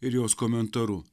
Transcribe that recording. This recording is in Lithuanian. ir jos komentaru